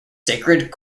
sacred